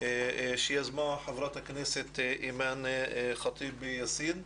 שיזמה חברת הכנסת אימאן ח'טיב יאסין,